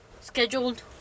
scheduled